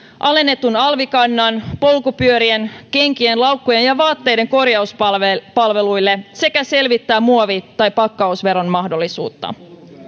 alennetun alvikannan polkupyörien kenkien laukkujen ja vaatteiden korjauspalveluille sekä selvittää muovi tai pakkausveron mahdollisuutta